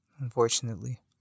unfortunately